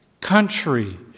country